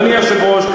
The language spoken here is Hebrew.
אדוני היושב-ראש,